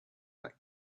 that